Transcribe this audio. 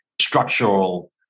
structural